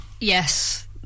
Yes